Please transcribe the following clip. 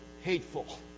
hateful